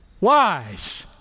wise